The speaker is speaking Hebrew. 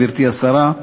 גברתי השרה,